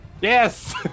Yes